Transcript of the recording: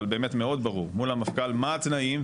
אבל באמת מאוד ברור מול המפכ"ל מה התנאים,